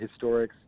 historics